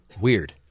Weird